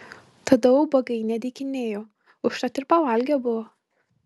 tada ubagai nedykinėjo užtat ir pavalgę buvo